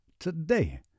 today